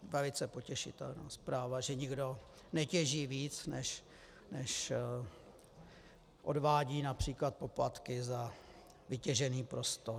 Velice potěšitelná zpráva, že nikdo netěží víc, než odvádí například poplatky za vytěžený prostor.